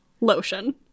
lotion